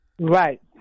right